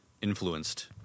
influenced